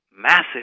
massive